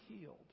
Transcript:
healed